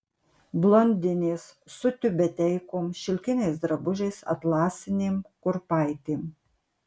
blondinės su tiubeteikom šilkiniais drabužiais atlasinėm kurpaitėm